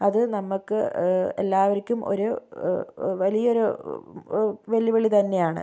അത് നമുക്ക് എല്ലാവർക്കും ഒരു വലിയൊരു വെ വെല്ലുവിളി തന്നെയാണ്